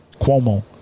Cuomo